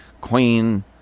queen